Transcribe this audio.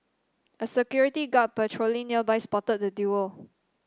a security guard patrolling nearby spotted the duo